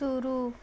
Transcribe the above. शुरू